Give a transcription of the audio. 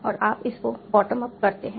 और आप उसको बॉटम अप करते हैं